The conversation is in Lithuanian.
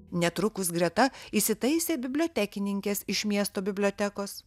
netrukus greta įsitaisė bibliotekininkės iš miesto bibliotekos